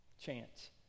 chance